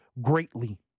greatly